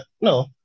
No